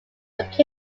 located